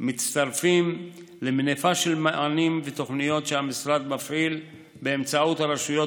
מצטרפים למניפה של מענים ותוכניות שהמשרד מפעיל באמצעות הרשויות